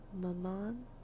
Maman